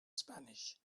spanish